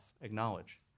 acknowledge